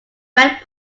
red